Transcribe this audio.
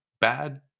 bad